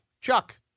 Chuck